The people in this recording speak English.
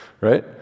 right